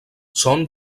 són